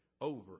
over